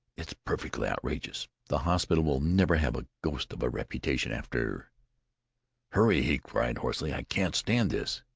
it's perfectly outrageous! the hospital will never have a ghost of a reputation after hurry! he cried hoarsely. i can't stand this!